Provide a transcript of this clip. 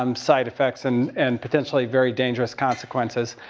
um side effects and, and potentially very dangerous consequences.